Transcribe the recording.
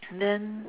then